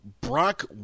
Brock